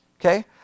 Okay